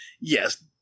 yes